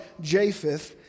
Japheth